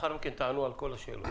לאחר מכן תענו על כל השאלות.